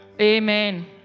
Amen